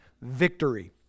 victory